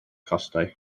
costau